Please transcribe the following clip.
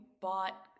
bought